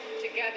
together